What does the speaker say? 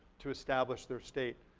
to establish their state.